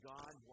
God